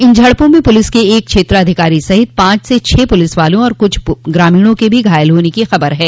इन झड़पों में पुलिस के एक क्षेत्राधिकारी सहित पांच से छह पुलिस वालों और कुछ ग्रामीणों के भी घायल होने की खबर है